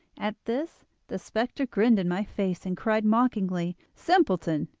at this the spectre grinned in my face and cried mockingly simpleton!